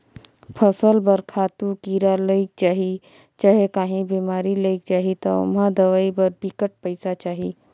फसल बर खातू, कीरा लइग जाही चहे काहीं बेमारी लइग जाही ता ओम्हां दवई बर बिकट पइसा चाही